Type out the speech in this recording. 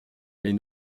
les